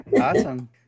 Awesome